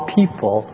people